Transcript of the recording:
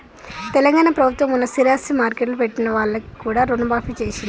తెలంగాణ ప్రభుత్వం మొన్న స్థిరాస్తి మార్ట్గేజ్ పెట్టిన వాళ్లకు కూడా రుణమాఫీ చేసింది